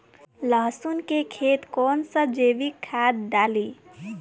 लहसुन के खेत कौन सा जैविक खाद डाली?